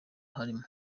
harimo